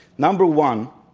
number one,